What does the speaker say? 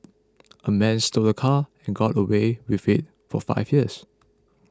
a man stole a car and got away with it for five years